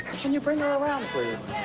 can you bring her around?